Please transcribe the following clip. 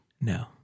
no